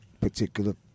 particular